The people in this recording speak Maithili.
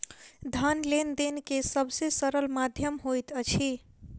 धन लेन देन के सब से सरल माध्यम होइत अछि